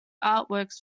artworks